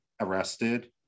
arrested